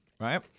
Right